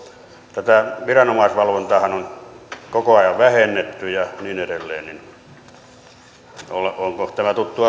tätä viranomaisvalvontaahan on koko ajan vähennetty ja niin edelleen onko tämä tuttu